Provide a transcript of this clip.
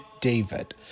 David